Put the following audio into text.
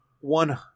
One